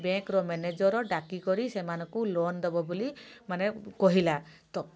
ବ୍ୟାଙ୍କର ମ୍ୟାନେଜର୍ ଡାକି କରି ସେମାନଙ୍କୁ ଲୋନ୍ ଦବ ବୋଲି ମାନେ କହିଲା ତ